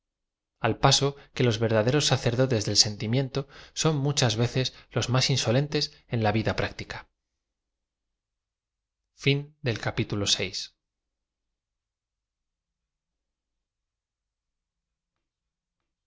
l paso que los verda deros sacerdotes del sentimiento son muchas veces los más insolentes en la vida práctica